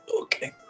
Okay